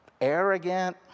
arrogant